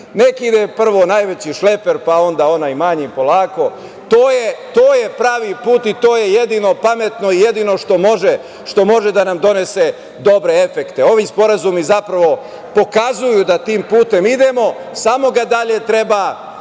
Neka ide prvo najveći šleper, pa onda onaj manji polako. To je pravi put i to je jedino pametno i jedino što može da nam donese dobre efekte. Ovi sporazumi zapravo pokazuju da tim putem idemo, samo ga dalje treba